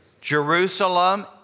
Jerusalem